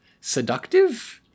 seductive